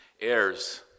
heirs